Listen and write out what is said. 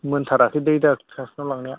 मोनथाराखै लै दाख्लि सासेनाव लांनाया